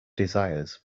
desires